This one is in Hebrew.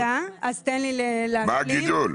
מה הגידול?